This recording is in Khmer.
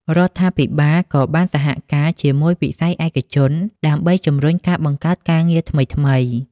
រដ្ឋាភិបាលក៏បានសហការជាមួយវិស័យឯកជនដើម្បីជំរុញការបង្កើតការងារថ្មីៗ។